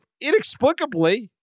inexplicably